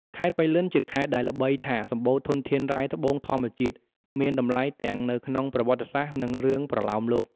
ខេត្តប៉ៃលិនជាខេត្តដែលល្បីថា សម្បូរធនធានរ៉ែត្បូងធម្មជាតិមានតម្លៃទាំងនៅក្នុងប្រវត្តិសាស្ត្រ និងរឿងប្រលោមលោក។